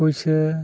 ᱯᱚᱭᱥᱟ